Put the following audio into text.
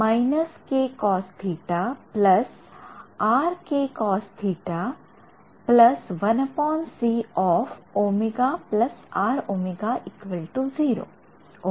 तर मला मिळेल ओके